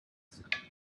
asked